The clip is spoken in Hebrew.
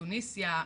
תוניסיה,